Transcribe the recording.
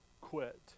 quit